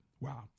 Wow